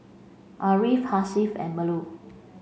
Ariff Hasif and Melur